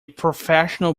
professional